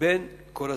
בין כל הזרועות.